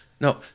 no